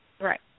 Right